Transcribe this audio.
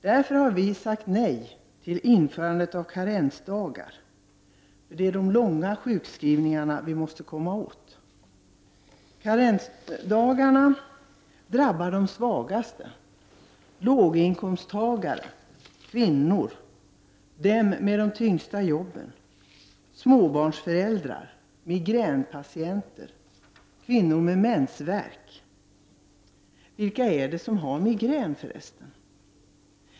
Därför har vi sagt nej till införandet av karensdagar, för det är de långa sjukskrivningarna som vi måste komma åt. Karensdagarna drabbar de svagaste: låginkomsttagare, kvinnor, de som har de tyngsta jobben, småbarnsföräldrar, migränpatienter, kvinnor med mensvärk. Vilka är det som har migrän för resten?